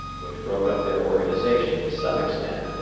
which broke up their organization to some extent,